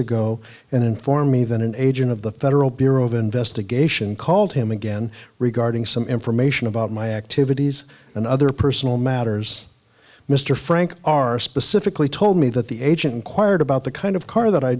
ago and informed me that an agent of the federal bureau of investigation called him again regarding some information about my activities and other personal matters mr frank are specifically told me that the agent inquired about the kind of car that i